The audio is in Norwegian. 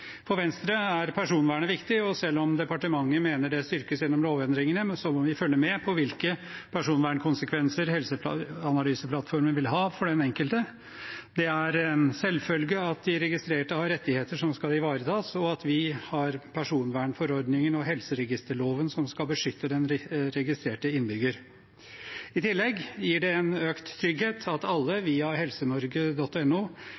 For Venstre er personvernet viktig, og selv om departementet mener det styrkes gjennom lovendringene, må vi følge med på hvilke personvernkonsekvenser helseanalyseplattformen vil ha for den enkelte. Det er en selvfølge at de registrerte har rettigheter som skal ivaretas, og at vi har personvernforordningen og helseregisterloven som skal beskytte den registrerte innbygger. I tillegg gir det en økt trygghet at alle